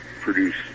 produce